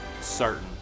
certain